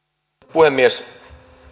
puhemies